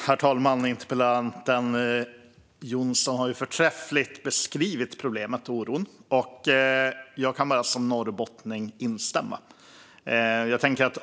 Herr talman! Interpellanten Jonsson har på ett förträffligt vis beskrivit problemet och oron. Som norrbottning kan jag bara instämma.